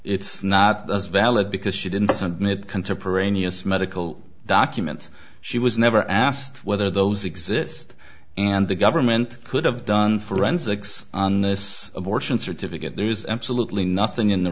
it's not as valid because she didn't submit contemporaneous medical documents she was never asked whether those exist and the government could have done forensics on this abortion certificate there is absolutely nothing in the